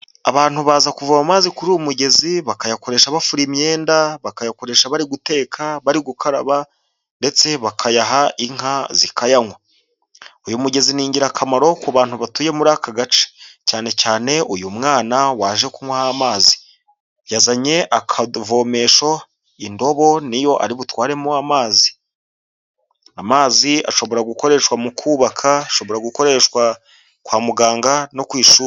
Abantu baza kuvoma amazi kuri uwo mugezi, bakayakoresha bafura imyenda, bakayakoresha bari guteka, bari gukaraba ndetse bakayaha inka zikayanywa. Uyu mugezi ni ingirakamaro ku bantu batuye muri aka gace, cyane cyane uyu mwana waje kunywaho amazi. Yazanye akavomesho, indobo ni yo ari butwaremo amazi. Amazi ashobora gukoreshwa mu kubaka, ashobora gukoreshwa kwa muganga no ku ishuri.